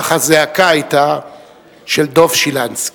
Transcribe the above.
אך הזעקה היתה של דב שילנסקי.